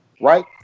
right